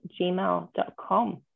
gmail.com